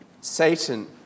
Satan